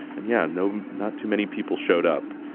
and yeah no not too many people showed up.